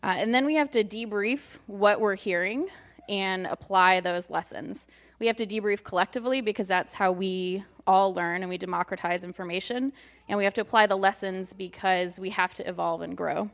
and then we have to debrief what we're hearing and apply those lessons we have to debrief collectively because that's how we all learn and we democratize information and we have to apply the lessons because we have to evolve and grow